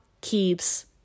keeps